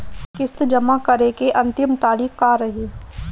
किस्त जमा करे के अंतिम तारीख का रही?